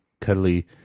cuddly